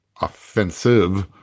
offensive